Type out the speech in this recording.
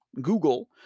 Google